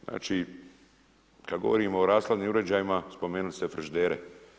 Znači kada govorimo o rashladnim uređajima, spomenuli ste frižidere.